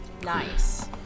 Nice